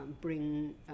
Bring